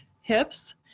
hips